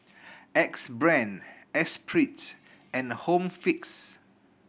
Axe Brand Espirit and Home Fix